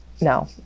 No